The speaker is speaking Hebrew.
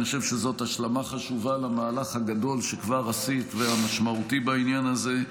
אני חושב שזו השלמה חשובה למהלך הגדול והמשמעותי שכבר עשית בעניין הזה.